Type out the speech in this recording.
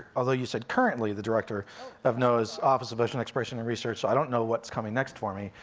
although you said currently the director of noaa's office of ocean exploration and research, i don't know what's coming next for me,